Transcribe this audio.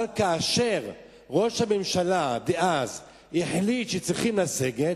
אבל כאשר ראש הממשלה דאז החליט שצריכים לסגת,